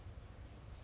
我那天是 let leh